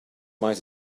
might